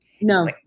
No